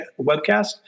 webcast